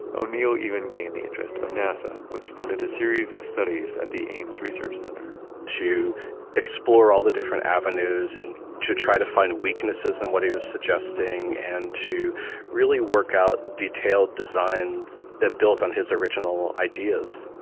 o'neill even gained the interest of nasa, which funded a series of studies at the ames research center to explore all the different avenues, and to try to find weaknesses in what he was suggesting, and to really work out detailed designs that built on his original ideas